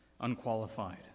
unqualified